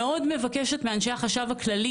מבקשת מאנשי החשב הכללי